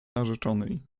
narzeczonej